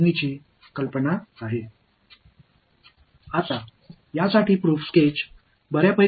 இப்போது இதற்கான ஆதார ஸ்கெட்ச் மிகவும் எளிது